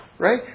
Right